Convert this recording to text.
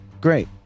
Great